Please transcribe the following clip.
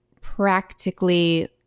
practically